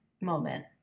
moment